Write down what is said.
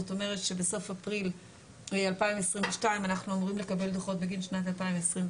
זאת אומרת שבסוף אפריל 2022 אנחנו אמורים לקבל דוחות בגין שנת 2021,